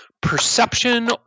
perception